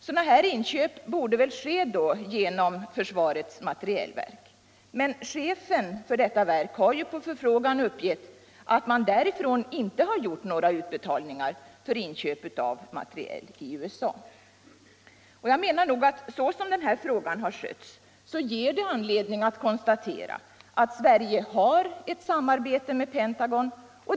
Sådana här inköp borde väl ske genom försvarets materielverk, men chefen för detta verk har ju på förfrågan uppgivitl att man därifrån inte har gjort några utbetalningar för inköp av materiel i USA. Det sätt på vilket denna fråga har handiagts ger anledning att konstatera att Sverige har ett samarbete med Pentagon.